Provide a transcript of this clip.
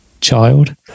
child